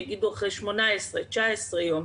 יגידו אחרי 18 19 יום,